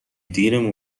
دیرمون